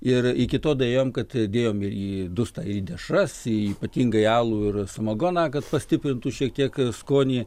ir iki to daėjom kad dėjom ir į dustą ir į dešras ypatingai alų ir samagoną kad pastiprintų šiek tiek skonį